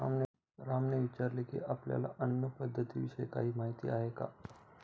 रामने विचारले की, आपल्याला अन्न पद्धतीविषयी काही माहित आहे का?